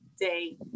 day